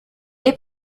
est